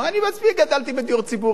אני בעצמי גדלתי בדיור ציבורי,